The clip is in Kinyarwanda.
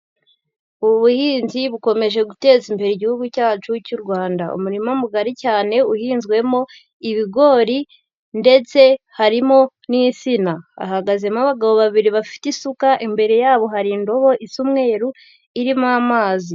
Ubu buhinzi bukomeje guteza imbere igihugu cyacu cy'u Rwanda, umurima mugari cyane uhinzwemo ibigori ndetse harimo n'insina, hahagazemo abagabo babiri bafite isuka, imbere yabo hari indobo isa umweru, irimo amazi.